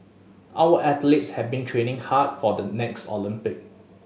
our athletes have been training hard for the next Olympics